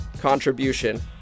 contribution